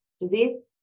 disease